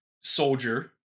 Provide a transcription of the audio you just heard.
soldier